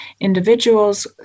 Individuals